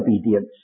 obedience